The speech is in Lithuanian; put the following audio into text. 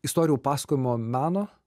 istorijų pasakojimo meno